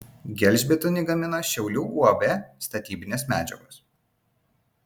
gelžbetonį gamina šiaulių uab statybinės medžiagos